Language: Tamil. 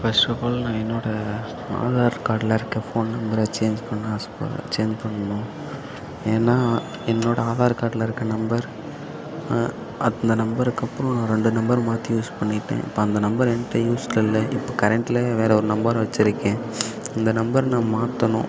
ஃபர்ஸ்ட் ஆஃப் ஆல் நான் என்னோடய ஆதார் கார்டில் இருக்க ஃபோன் நம்பரை சேஞ்ச் பண்ண ஆசைப்பட்றேன் சேஞ்சு பண்ணணும் ஏன்னா என்னோடய ஆதார் கார்டில் இருக்க நம்பர் அந்த நம்பருக்கப்பறம் ரெண்டு நம்பர் மாற்றி யூஸ் பண்ணிவிட்டேன் இப்போ அந்த நம்பர் என்ட்ட யூஸில் இல்லை இப்போ கரண்ட்டில் வேறு ஒரு நம்பரை வெச்சிருக்கேன் அந்த நம்பர் நான் மாற்றணும்